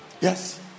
yes